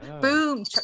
Boom